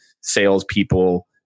salespeople